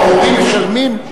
ההורים משלמים?